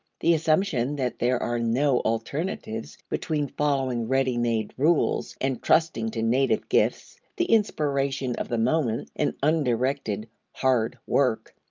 the assumption that there are no alternatives between following ready-made rules and trusting to native gifts, the inspiration of the moment and undirected hard work,